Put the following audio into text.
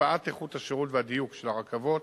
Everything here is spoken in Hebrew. השפעת איכות השירות והדיוק של הרכבות